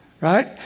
Right